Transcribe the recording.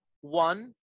One